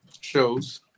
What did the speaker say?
Shows